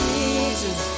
Jesus